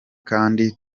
kandi